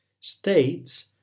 States